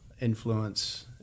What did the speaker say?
influence